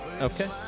Okay